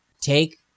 Take